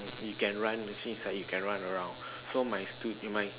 you can run it seems like you can run around so my stu~ in my